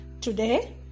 Today